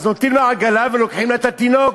אז נותנים לה עגלה ולוקחים לה את התינוק.